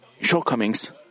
shortcomings